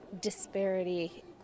disparity